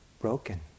broken